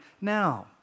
now